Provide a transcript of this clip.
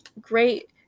Great